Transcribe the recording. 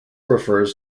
refers